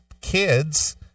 kids